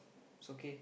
it's okay